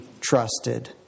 trusted